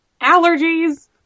Allergies